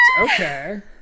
Okay